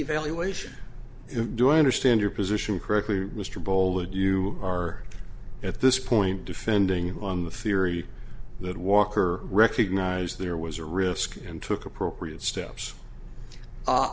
evaluation it do i understand your position correctly mr bold you are at this point defending on the theory that walker recognize there was a risk and took appropriate steps